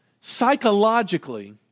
psychologically